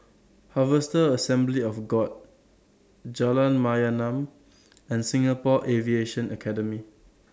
Harvester Assembly of God Jalan Mayaanam and Singapore Aviation Academy